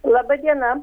laba diena